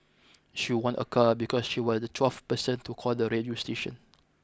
she won a car because she was the twelfth person to call the radio station